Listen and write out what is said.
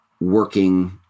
working